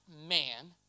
man